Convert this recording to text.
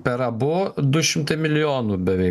per abu du šimtai milijonų beveik